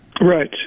Right